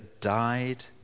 died